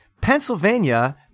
Pennsylvania